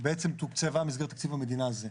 שהיא בעצם תוקצבה במסגרת תקציב המדינה הזה.